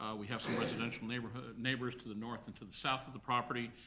we have some residential neighbors neighbors to the north and to the south of the property,